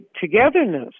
togetherness